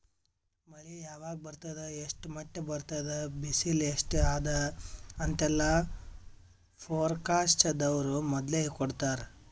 ಮಳಿ ಯಾವಾಗ್ ಬರ್ತದ್ ಎಷ್ಟ್ರ್ ಮಟ್ಟ್ ಬರ್ತದ್ ಬಿಸಿಲ್ ಎಸ್ಟ್ ಅದಾ ಅಂತೆಲ್ಲಾ ಫೋರ್ಕಾಸ್ಟ್ ದವ್ರು ಮೊದ್ಲೇ ಕೊಡ್ತಾರ್